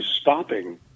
stopping